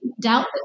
doubt